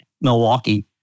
Milwaukee